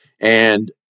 And-